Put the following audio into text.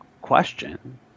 question